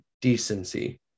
decency